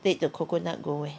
take the coconut go where